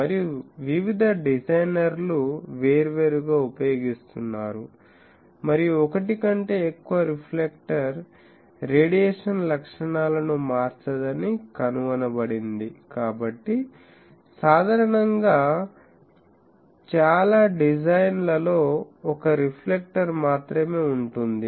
మరియు వివిధ డిజైనర్లు వేర్వేరు గా ఉపయోగిస్తున్నారు మరియు ఒకటి కంటే ఎక్కువ రిఫ్లెక్టర్ రేడియేషన్ లక్షణాలను మార్చదని కనుగొనబడింది కాబట్టి సాధారణంగా చాలా డిజైన్ లలో ఒక రిఫ్లెక్టర్ మాత్రమే ఉంటుంది